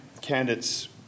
candidates